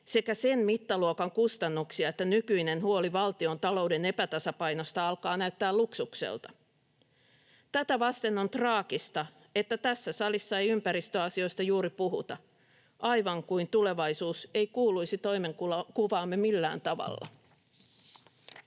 sekä sen mittaluokan kustannuksia, että nykyinen huoli valtiontalouden epätasapainosta alkaa näyttää luksukselta. Tätä vasten on traagista, että tässä salissa ei ympäristöasioista juuri puhuta, aivan kuin tulevaisuus ei kuuluisi toimenkuvaamme millään tavalla.